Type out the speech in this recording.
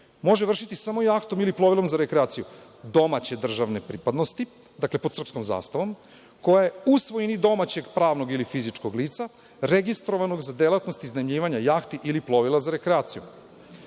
vršiti samo jahtom ili plovilom za rekreaciju domaće državne pripadnosti, dakle, pod srpskom zastavom, koje je u svojini domaćeg pravnog ili fizičkog lica registrovanog za delatnost iznajmljivanja jahti ili plovila za rekreaciju.Zašto